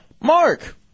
Mark